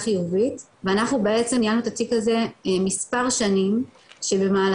חיובית ואנחנו בעצם נהלנו את התיק הזה מספר שנים שבמהלכן